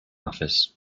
office